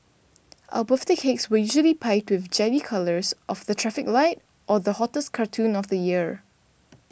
our birthday cakes were usually piped with jelly colours of the traffic light or the hottest cartoon of the year